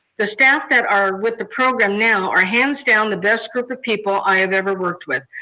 the staff that are with the program now are hands-down the best group of people i have ever worked with.